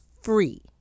free